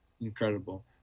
Incredible